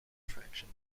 traction